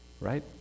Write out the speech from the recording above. Right